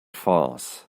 farce